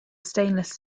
stainless